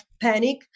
panic